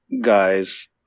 guys